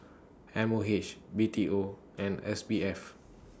M O H B T O and S B F